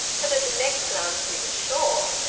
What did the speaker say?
but at the next glance he was sure.